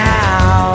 now